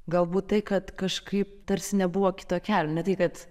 galbūt tai kad kažkaip tarsi nebuvo kito kelio ne tai kad